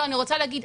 אני רוצה להגיד,